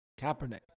Kaepernick